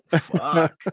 Fuck